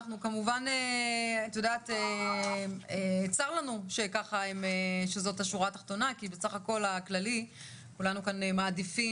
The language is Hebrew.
צר לנו שזאת השורה התחתונה כי בסך הכול הכללי כולנו כאן מעדיפים